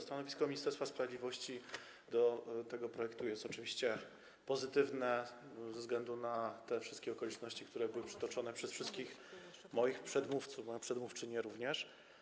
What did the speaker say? Stanowisko Ministerstwa Sprawiedliwości wobec tego projektu jest oczywiście pozytywne ze względu na te wszystkie okoliczności, które były przytoczone przez wszystkich moich przedmówców, przedmówczynię również.